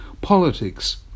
Politics